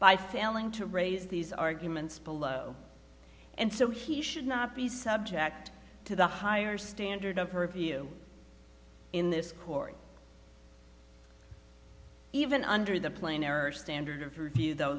failing to raise these arguments below and so he should not be subject to the higher standard of her view in this court even under the plain error standard for review